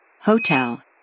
Hotel